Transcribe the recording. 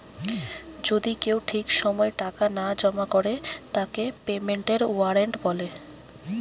যদি কেউ ঠিক সময় টাকা না জমা করে তাকে পেমেন্টের ওয়ারেন্ট বলে